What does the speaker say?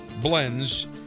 blends